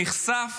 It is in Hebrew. נחשף